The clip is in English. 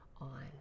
on